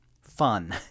fun